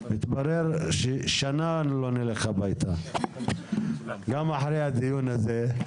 התברר ששנה לא נלך הביתה, גם אחרי הדיון הזה.